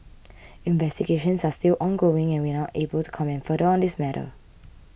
investigations are still ongoing and we are not able to comment further on this matter